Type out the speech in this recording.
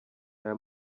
aya